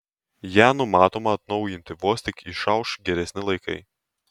ją numatoma atnaujinti vos tik išauš geresni laikai